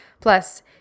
Plus